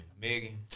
Megan